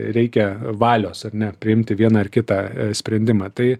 reikia valios ar ne priimti vieną ar kitą a sprendimą tai